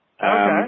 Okay